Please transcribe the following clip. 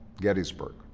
Gettysburg